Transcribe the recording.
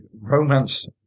romance